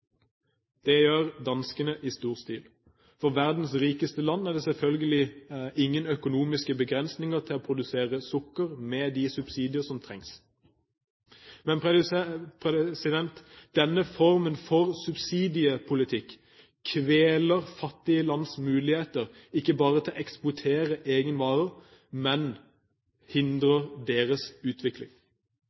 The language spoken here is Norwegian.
Det gjør danskene i stor stil. For verdens rikeste land er det selvfølgelig ingen økonomiske begrensninger for å produsere sukker, med de subsidier som trengs. Men denne formen for subsidiepolitikk kveler fattige lands muligheter, ikke bare til å eksportere egne varer, men hindrer deres utvikling.